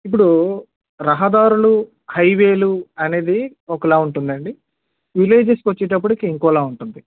ఇప్పుడు రహదారులు హైవేలు అనేది ఒకలా ఉంటుందండి విలేజస్కు వచ్చేటప్పటికి ఇంకోలా ఉంటుంది